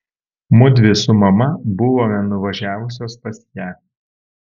mudvi su mama buvome nuvažiavusios pas ją